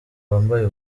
wambaye